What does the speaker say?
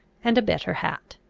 and a better hat.